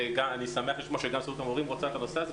אני שמח לשמוע שגם הסתדרות המורים רוצה את הנושא הזה.